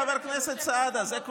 חבר הכנסת סעדה.